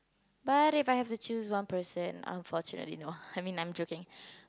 but If I have to choose one person unfortunately no I mean I'm joking